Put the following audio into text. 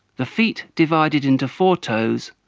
the feet divided into four toes,